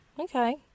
Okay